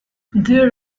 there